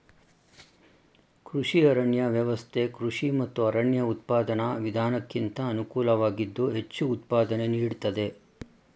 ಕೃಷಿ ಅರಣ್ಯ ವ್ಯವಸ್ಥೆ ಕೃಷಿ ಮತ್ತು ಅರಣ್ಯ ಉತ್ಪಾದನಾ ವಿಧಾನಕ್ಕಿಂತ ಅನುಕೂಲವಾಗಿದ್ದು ಹೆಚ್ಚು ಉತ್ಪಾದನೆ ನೀಡ್ತದೆ